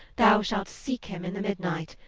thou shalt seek him in the midnight,